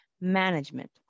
Management